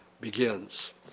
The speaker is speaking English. begins